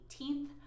18th